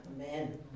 Amen